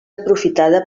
aprofitada